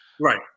Right